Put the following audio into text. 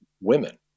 women